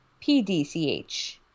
PDCH